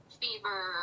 fever